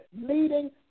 leading